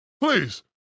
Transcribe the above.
Please